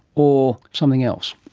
or something else?